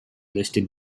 listed